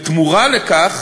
בתמורה לכך,